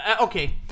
okay